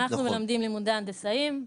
אנחנו מלמדים לימודי הנדסאים.